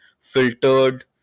filtered